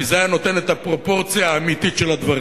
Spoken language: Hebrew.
כי זה היה נותן את הפרופורציה האמיתית של הדברים.